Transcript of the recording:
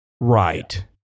Right